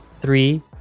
Three